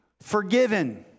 Forgiven